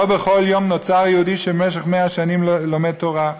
לא בכל יום נוצר יהודי שבמשך 100 שנים לומד תורה,